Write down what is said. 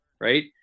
right